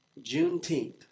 Juneteenth